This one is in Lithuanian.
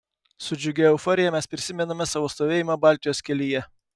su džiugia euforija mes prisimename savo stovėjimą baltijos kelyje